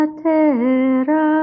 tera